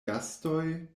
gastoj